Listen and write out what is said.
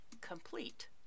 complete